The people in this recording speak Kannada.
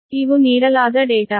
ಇವು ನೀಡಲಾದ ಡೇಟಾ